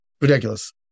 Ridiculous